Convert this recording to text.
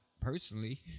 personally